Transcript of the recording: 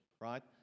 right